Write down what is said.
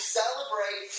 celebrate